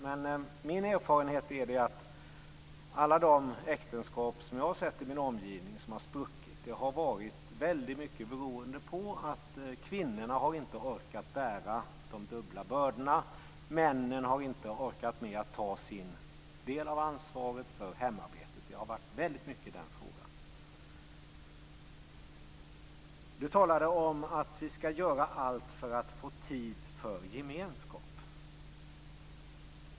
Min erfarenhet är att orsaken till alla äktenskap som jag sett spricka i min omgivning i stor utsträckning är att kvinnorna inte har orkat bära dubbla bördor och att männen inte har orkat ta sin del av ansvaret för hemarbetet. Det har väldigt mycket varit fråga om det. Alf Svensson sade att vi skall göra allt för att få tid för gemenskap.